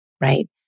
right